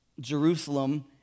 Jerusalem